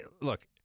look